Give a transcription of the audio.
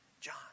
John